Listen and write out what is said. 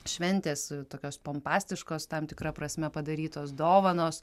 šventės tokios pompastiškos tam tikra prasme padarytos dovanos